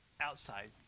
outside